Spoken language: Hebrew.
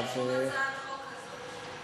אין שום הצעת חוק כזאת.